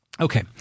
Okay